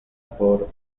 por